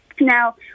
Now